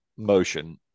motion